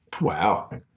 Wow